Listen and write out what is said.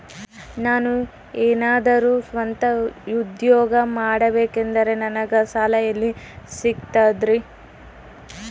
ನಾನು ಏನಾದರೂ ಸ್ವಂತ ಉದ್ಯೋಗ ಮಾಡಬೇಕಂದರೆ ನನಗ ಸಾಲ ಎಲ್ಲಿ ಸಿಗ್ತದರಿ?